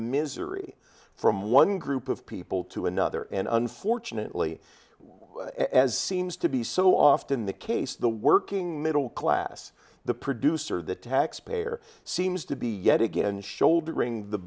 misery from one group of people to another and unfortunately as seems to be so often the case the working middle class the producer the taxpayer seems to be yet again shouldering the